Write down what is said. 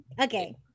okay